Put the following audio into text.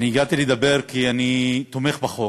אני הגעתי לדבר כי אני תומך בחוק.